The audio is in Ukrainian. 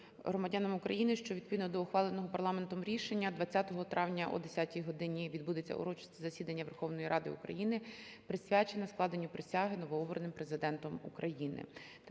громадянам України, що, відповідно до ухваленого парламентом рішення, 20 травня о 10 годині відбудеться урочисте засідання Верховної Ради України, присвячене складенню присяги новообраним Президентом України.